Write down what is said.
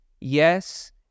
yes